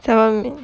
seven